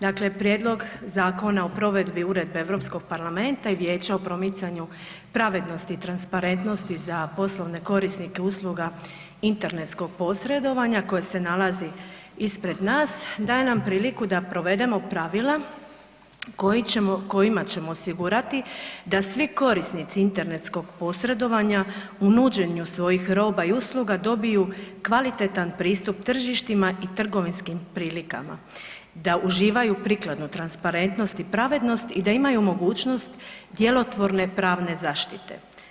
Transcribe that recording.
Dakle, Prijedlog zakona o provedbi Uredbe Europskog parlamenta i Vijeća o promicanju pravednosti i transparentnosti za poslovne korisnike usluga internetskog posredovanja koje se nalazi ispred nas daje nam priliku da provedemo pravila koji ćemo, kojima ćemo osigurati da svi korisnici internetskog posredovanja u nuđenju svojih roba i usluga dobiju kvalitetan pristup tržištima i trgovinskim prilikama, da uživaju prikladno transparentnosti i pravednosti i da imaju mogućnost djelotvorne pravne zaštite.